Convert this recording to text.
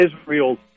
Israel